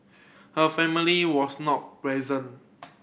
her family was not present